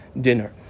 dinner